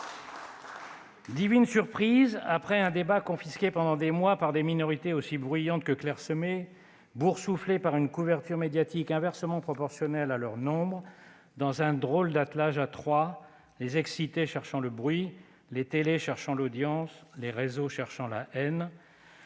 Divine surprise ! Après un débat confisqué pendant des mois par des minorités aussi bruyantes que clairsemées, boursouflées par une couverture médiatique inversement proportionnelle à leur nombre, dans un drôle d'attelage à trois- les excités cherchant le bruit, les télévisions cherchant l'audience, les réseaux cherchant la haine